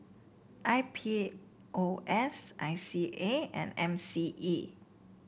I P O S I C A and M C E